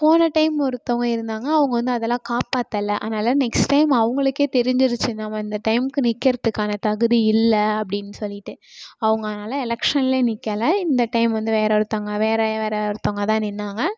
போன டைம் ஒருத்தவங்க இருந்தாங்க அவங்க வந்து அதெல்லாம் காப்பாற்றல அதனால் நெக்ஸ்ட் டைம் அவங்களுக்கே தெரிஞ்சிருச்சு நாம் இந்த டைம்க்கு நிற்கிறதுக்கான தகுதி இல்லை அப்படின்னு சொல்லிட்டு அவங்க அதனால் எலக்ஷன்லையே நிற்கல இந்த டைம் வந்து வேறு ஒருத்தவங்க வேறு வேறு ஒருத்தவங்க தான் நின்றாங்க